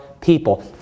people